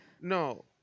No